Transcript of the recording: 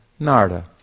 Narda